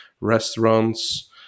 restaurants